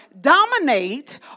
Dominate